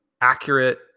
accurate